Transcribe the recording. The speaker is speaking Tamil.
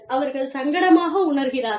அவர்கள் சங்கடமாக உணர்கிறார்கள்